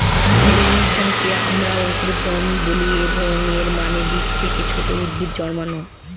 জেমিনেশনকে আমরা অঙ্কুরোদ্গম বলি, এবং এর মানে বীজ থেকে ছোট উদ্ভিদ জন্মানো